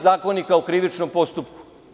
Zakonika o krivičnom postupku.